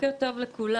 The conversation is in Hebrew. בוקר טוב לכולם,